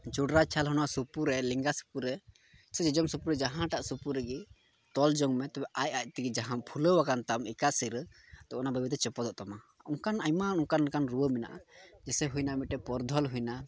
ᱪᱚᱰᱨᱟ ᱪᱷᱟᱞ ᱦᱚᱸ ᱥᱩᱯᱩᱨᱮ ᱞᱮᱸᱜᱟ ᱥᱩᱯᱩᱨᱮ ᱥᱮ ᱡᱚᱡᱚᱢ ᱥᱩᱯᱩᱨᱮ ᱡᱟᱦᱟᱸᱴᱟᱜ ᱥᱩᱯᱩ ᱨᱮᱜᱮ ᱛᱚᱞ ᱡᱚᱝ ᱢᱮ ᱛᱚᱵᱮ ᱟᱡ ᱟᱡ ᱛᱮᱜᱮ ᱡᱟᱦᱟᱸ ᱯᱷᱩᱞᱟᱹᱣ ᱟᱠᱟᱱ ᱛᱟᱢ ᱮᱠᱟᱥᱤᱨᱟᱹ ᱚᱱᱟ ᱵᱟᱹᱭ ᱵᱟᱹᱭᱛᱮ ᱪᱚᱯᱚᱫᱚᱜ ᱛᱟᱢᱟ ᱚᱱᱠᱟᱱ ᱟᱭᱢᱟ ᱚᱱᱠᱟᱱ ᱚᱱᱠᱟᱱ ᱨᱩᱣᱟᱹ ᱢᱮᱱᱟᱜᱼᱟ ᱡᱮᱭᱥᱮ ᱦᱩᱭᱱᱟ ᱢᱤᱫᱴᱮᱡ ᱯᱚᱨᱫᱷᱚᱞ ᱦᱩᱭᱱᱟ